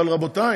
אבל רבותיי,